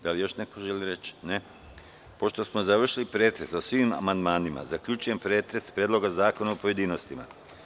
Da li još neko želi reč? (Ne.) Pošto smo završili pretres o svim amandmanima, zaključujem pretres Predloga zakona u pojedinostima.